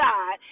God